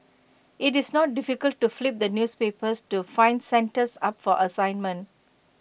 IT is not difficult to flip the newspapers to find centres up for assignment